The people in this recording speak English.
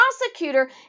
prosecutor